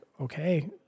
okay